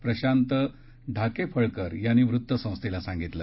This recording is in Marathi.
प्रशात ढाकेफळकर यांनी वृत्तसंस्थेला सांगितलं